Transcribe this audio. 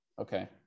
Okay